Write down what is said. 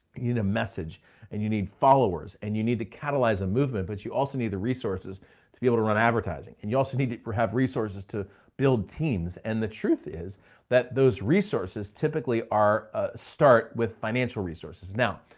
you need a message and you need followers and you need to catalyze a movement. but you also need the resources to be able to run advertising. and you also need to have resources to build teams. and the truth is that those resources typically ah start with financial resources. now,